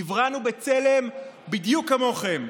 נבראנו בצלם בדיוק כמוכם.